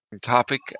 topic